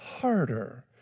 harder